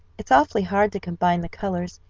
it's awfully hard to combine the colors,